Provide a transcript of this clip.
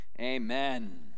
amen